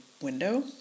window